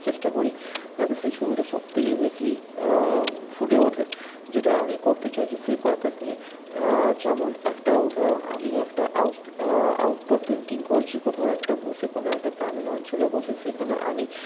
চেষ্টা করি যাতে সেই ছবিটা সব থেকে বেশি ফুটে ওঠে যেটা আমি করতে চাইছি সেই পার্পাস নিয়ে যেমন একটা উদাহরণ আমি একটা আউট আউটডোর পেন্টিং করছি কথাও একটা বসে কোনও একটা গ্রামীণ অঞ্চলে বসে সেখানে আমি